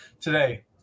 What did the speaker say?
today